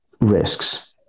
risks